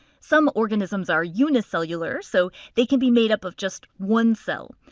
some organisms are unicellular so they can be made up of just one cell.